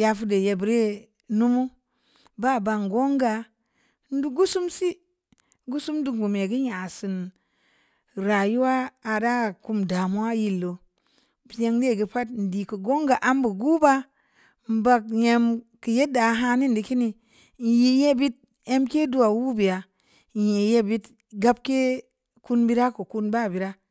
yafurde yebbi yee nunew, baa ban gonga, n dub gusum si, gasum dubm bu mega nyasin rayuwa a ra kum dumuya fillo, seng dee geu pad n dii geu gonga anubu gu ba n bah nyam keu yenda hanin ni kini, n nyi yebbid emke dua uluu beya n nyi yebbid gabkee kunbira geu kun bao bira.